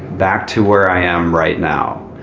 back to where i am right now.